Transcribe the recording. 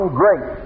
great